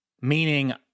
meaning